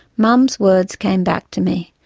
mum's words came back to me,